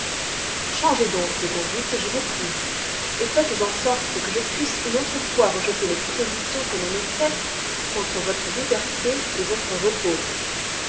changez donc de conduite je vous prie et faites en sorte que je puisse une autre fois rejeter les propositions que l'on me fait contre votre liberté et votre repos